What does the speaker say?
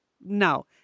no